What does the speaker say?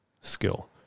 skill